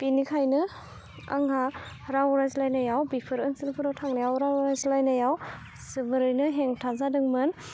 बिनिखायनो आंहा राव रायज्लायनायाव बिफोर ओनसोलफोराव थांनायाव राव रायज्लायनायाव जोबोरैनो हेंथा जादोंमोन